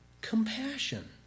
compassion